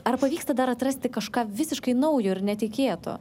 ar pavyksta dar atrasti kažką visiškai naujo ir netikėto